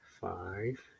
five